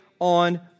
on